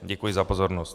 Děkuji za pozornost.